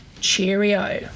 cheerio